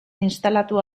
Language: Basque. instalatu